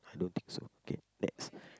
I don't think so K next